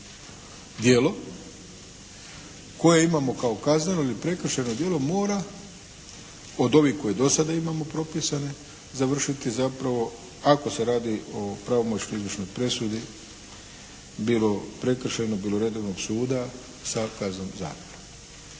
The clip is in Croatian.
djelo koje imamo kao kazneno ili prekršajno djelo mora od ovih koje do sada imamo propisano završiti zapravo ako se radi o pravomoćnoj izvršnoj presudi bilo prekršajnog bilo redovnog suda sa kaznom zatvora.